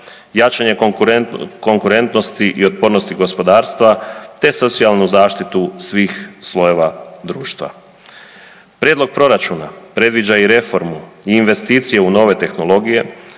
jačanje konkurentnosti i otpornosti gospodarstva te socijalnu zaštitu svih slojeva društva. Prijedlog proračuna predviđa i reformu i investicije u nove tehnologije